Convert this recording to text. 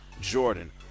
Jordan